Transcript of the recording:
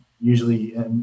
usually